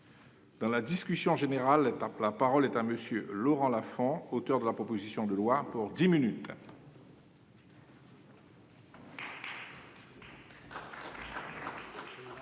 Dans la discussion générale, la parole est à M. Laurent Lafon, auteur de la proposition de loi. Monsieur